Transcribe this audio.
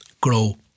Grow